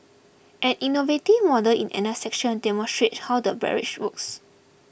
an innovative model in another section demonstrate how the barrage works